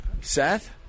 Seth